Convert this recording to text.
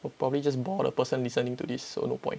we'll probably just bore the person listening to this so no point